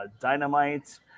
Dynamite